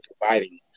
providing